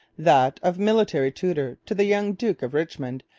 that of military tutor to the young duke of richmond,